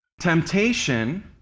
Temptation